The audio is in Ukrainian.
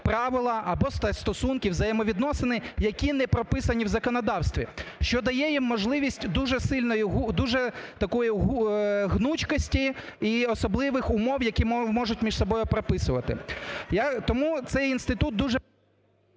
правила або стосунки, взаємовідносин, які не прописані в законодавстві, що дає їм можливість дуже такої гнучкості і особливих умов, які можуть між собою прописувати. Тому цей інститут дуже…